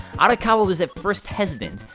arakawa was at first hesitant,